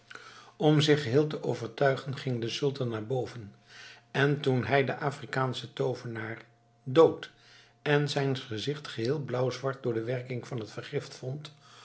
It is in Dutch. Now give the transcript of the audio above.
om zich geheel te overtuigen ging de sultan naar boven en toen hij den afrikaanschen toovenaar dood en zijn gezicht geheel blauwzwart door de werking van het vergift vond